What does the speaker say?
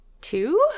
two